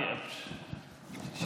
פה, פה.